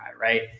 Right